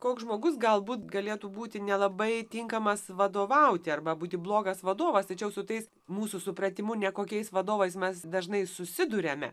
koks žmogus galbūt galėtų būti nelabai tinkamas vadovauti arba būti blogas vadovas tačiau su tais mūsų supratimu nekokiais vadovais mes dažnai susiduriame